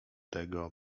tego